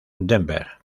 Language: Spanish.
denver